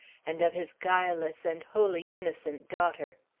and of his guileless and wholly innocent daughter.